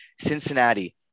Cincinnati